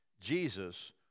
Jesus